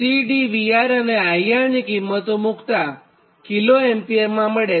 C D VR અને IR ની કિંમતો મુક્તાં કિલોએમ્પિયરમાં મળે